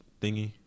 thingy